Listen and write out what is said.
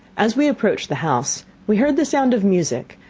as we approached the house, we heard the sound of music,